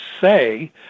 say